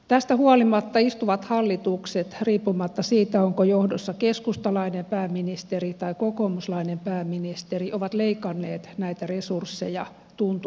tästä huolimatta istuvat hallitukset riippumatta siitä onko johdossa keskustalainen pääministeri tai kokoomuslainen pääministeri ovat leikanneet näitä resursseja tuntuvasti